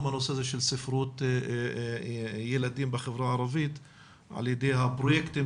הנושא הזה של ספרות ילדים בחברה הערבית על ידי הפרויקטים